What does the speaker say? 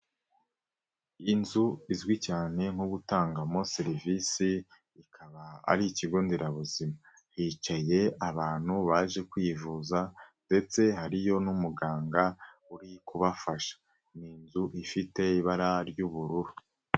lnzu izwi cyane nko gutangamo serivise, ikaba ari ikigo nderabuzima. Hicaye abantu baje kwivuza ndetse hariyo n'umuganga uri kubafasha, ni inzu ifite ibara ry'ubururu.